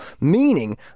meaning